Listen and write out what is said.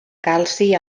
calci